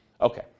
Okay